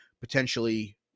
potentially